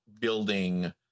building